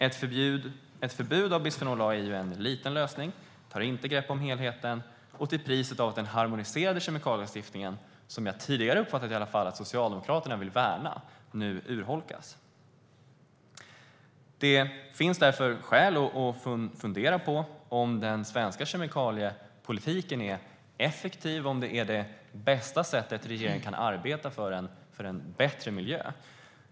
Ett förbud av bisfenol A är en smal lösning som inte tar grepp om helheten och till priset av att den harmoniserade kemikalielagstiftningen - som jag i alla fall tidigare har uppfattat att Socialdemokraterna vill värna - nu urholkas. Det finns därför skäl för att fundera på om den svenska kemikaliepolitiken är effektiv, om det är det bästa sättet på vilket regeringen kan arbeta för en bättre miljö.